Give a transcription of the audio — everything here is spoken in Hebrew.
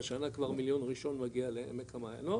השנה כבר מיליון ראשון מגיע לעמק המעלות